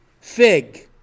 fig